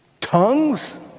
Tongues